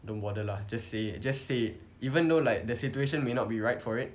don't bother lah just say it just say it even though like the situation may not be right for it